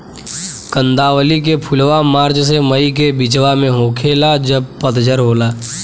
कंदावली के फुलवा मार्च से मई के बिचवा में होखेला जब पतझर होला